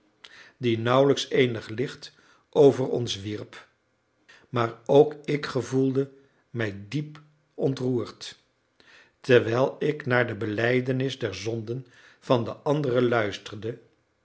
die nauwlijks eenig licht over ons wierp maar ook ik gevoelde mij diep ontroerd terwijl ik naar de belijdenis der zonden van de anderen luisterde